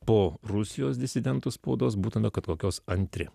po rusijos disidentų spaudos būtume kad kokios antri